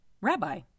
Rabbi